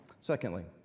Secondly